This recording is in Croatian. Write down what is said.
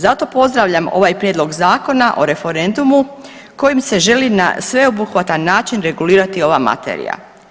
Zato pozdravljam ovaj Prijedlog zakona o referendumu kojim se želi na sveobuhvatan način regulirati ova materija.